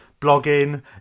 blogging